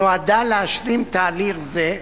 נועדה להשלים תהליך זה,